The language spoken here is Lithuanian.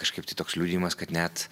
kažkaip toks liudijimas kad net